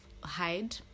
hide